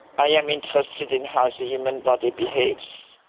i am interested in how the human body behaves,